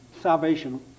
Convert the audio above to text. Salvation